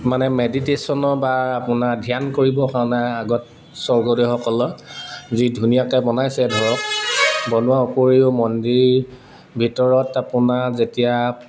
মানে মেডিটেশ্যনৰ বা আপোনাৰ ধ্যান কৰিব কাৰণে আগত স্বৰ্গদেউসকলৰ যি ধুনীয়াকে বনাইছে ধৰক বনোৱাৰ উপৰিও মন্দিৰ ভিতৰত আপোনাৰ যেতিয়া